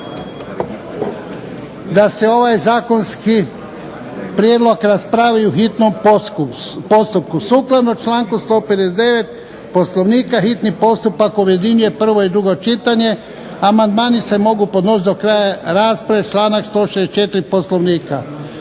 da se ovaj zakonski prijedlog raspravi u hitnom postupku. Sukladno članku 159. POslovnika hitni postupak objedinjuje prvo i drugo čitanje. Amandmani se mogu podnositi do kraja rasprave članak 164. POslovnika.